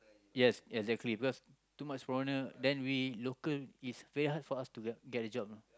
yes exactly because too much foreigner then we local is very hard for us to get a job you know